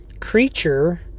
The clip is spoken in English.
creature